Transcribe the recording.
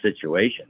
situation